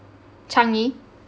changi